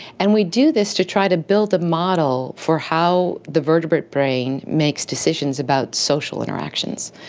and we do this to try to build a model for how the vertebrate brain makes decisions about social interactions.